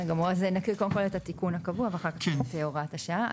אני אקריא קודם את התיקון הקבוע ואחר כך את הוראת השעה.